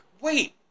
wait